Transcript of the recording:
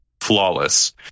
flawless